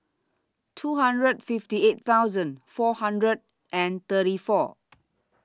two hundred fifty eight thousand four hundred and thirty four